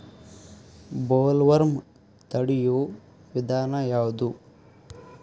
Bollworm ತಡಿಯು ವಿಧಾನ ಯಾವ್ದು?